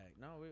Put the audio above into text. No